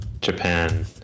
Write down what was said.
japan